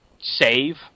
save